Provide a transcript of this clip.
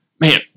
man